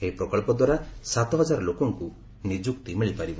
ଏହି ପ୍ରକଳ୍ପ ଦ୍ୱାରା ସାତ ହଜାର ଲୋକଙ୍କୁ ନିଯୁକ୍ତି ମିଳିପାରିବ